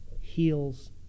heals